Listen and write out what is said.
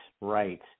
right